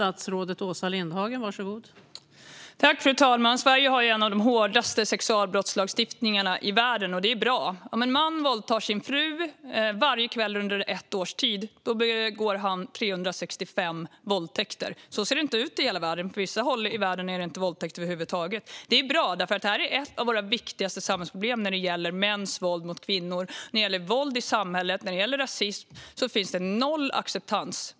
Fru talman! Sverige har en av de hårdaste sexualbrottslagstiftningarna i världen, och det är bra. Om en man våldtar sin fru varje kväll under ett års tid begår han 365 våldtäkter. Så ser det inte ut i hela världen - på vissa håll är det inte våldtäkt över huvud taget. Att det är det i Sverige är bra, för detta är ett av våra viktigaste samhällsproblem. När det gäller mäns våld mot kvinnor, våld i samhället och rasism finns det noll acceptans.